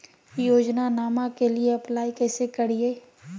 योजनामा के लिए अप्लाई कैसे करिए?